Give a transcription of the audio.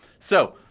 so,